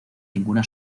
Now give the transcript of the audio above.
ninguna